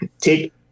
take